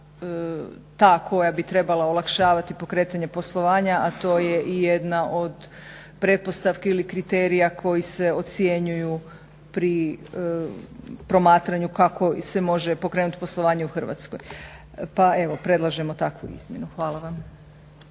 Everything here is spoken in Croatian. ta koja bi trebala olakšavati pokretanje poslovanja, a to je i jedna od pretpostavki ili kriterija koji se ocjenjuju pri promatranju kako se može pokrenut poslovanje u Hrvatskoj. Pa evo predlažemo takvu izmjenu. Hvala vam.